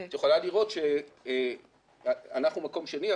את יכולה לראות שאנחנו מקום שני,